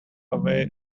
away